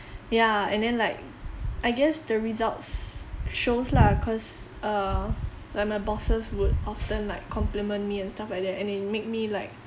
ya and then like I guess the results shows lah cause err like my bosses would often like compliment me and stuff like that and it made me like